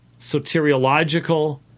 soteriological